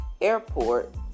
airport